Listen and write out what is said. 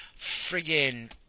Friggin